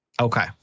Okay